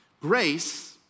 Grace